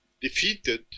defeated